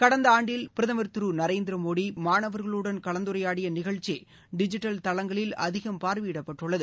கடந்த ஆண்டில் பிரதமர் திரு நரேந்திர மோதி மானவர்களுடன் கலந்துரையாடிய நிகழ்ச்சி டிஜிட்டல் தளங்களில் அதிகம் பார்வையிடப்பட்டுள்ளது